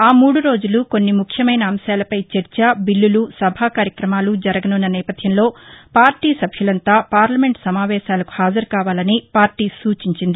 ఆమూడురోజులు కొన్ని ముఖ్యమైన అంశాలపై చర్చ బిల్లులు సభాకార్యక్రమాలు జరగనున్న నేపధ్యంలో పార్టీ సభ్యులంతా పార్లమెంట్ సమావేశాలకు హాజరు కావాలని పార్టీ సూచించింది